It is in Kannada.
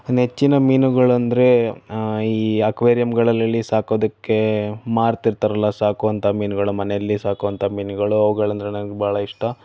ನೆಚ್ಚಿನ ಮೀನುಗಳಂದರೆ ಈ ಅಕ್ವೇರಿಯಮ್ಗಳಲ್ಲಿ ಸಾಕೋದಕ್ಕೆ ಮಾರ್ತಿರ್ತಾರಲ್ಲ ಸಾಕುವಂಥ ಮೀನುಗಳು ಮನೆಯಲ್ಲಿ ಸಾಕುವಂಥ ಮೀನುಗಳು ಅವುಗಳಂದರೆ ನನಗೆ ಭಾಳ ಇಷ್ಟ